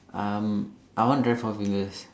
um I want try four fingers